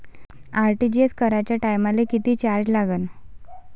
RTGS कराच्या टायमाले किती चार्ज लागन?